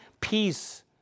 peace